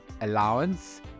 allowance